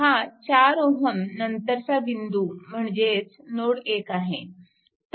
हा 4 Ω नंतरचा बिंदू म्हणजे नोड 1 आहे